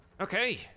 Okay